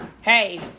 hey